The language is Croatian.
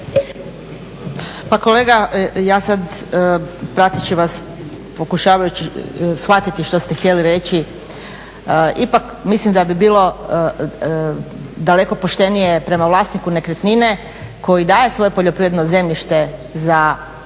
Pa kolega, ja sad praktički vas, pokušavajući shvatiti što ste htjeli reći ipak mislim da bi bilo daleko poštenije prema vlasniku nekretnine koji daje svoje poljoprivredno zemljište za buduće